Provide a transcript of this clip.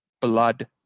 Blood